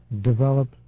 develop